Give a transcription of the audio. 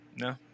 no